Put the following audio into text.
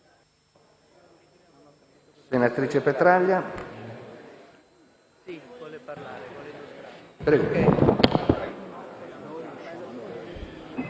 Senatrice Petraglia,